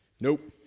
Nope